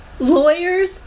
lawyers